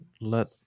let